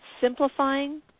simplifying